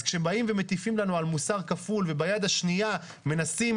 אז כשבאים ומטיפים לנו על מוסר כפול וביד השנייה מנסים